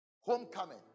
homecoming